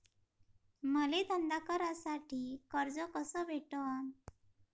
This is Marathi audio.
मले धंदा करासाठी कर्ज कस भेटन?